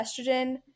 estrogen